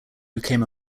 became